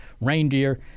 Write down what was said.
reindeer